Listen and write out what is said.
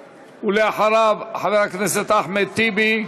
אחריו, חבר הכנסת אחמד טיבי,